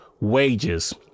wages